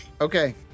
Okay